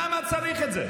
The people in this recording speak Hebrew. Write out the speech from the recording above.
למה צריך את זה?